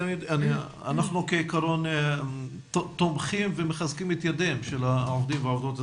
אנחנו כעיקרון תומכים ומחזקים את ידיהם של העובדים והעובדות הסוציאליים,